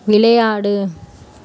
விளையாடு